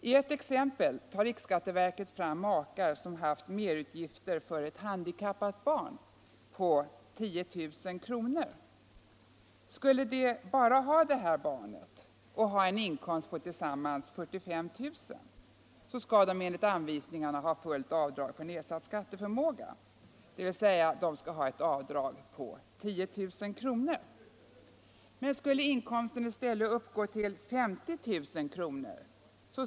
I ett exempel tar riksskatteverket fram makar som haft merutgifter för ett handikappat barn på 10 000 kr. Skulle de ha en inkomst på tillsammans Nr 81 45 000 kr. och endast detta barn skall de enligt anvisningarna ha fullt avdrag för nedsatt skatteförmåga, dvs. avdrag med 10 000 kr. Men skulle inkomsten i stället uppgå till 50 000 kr.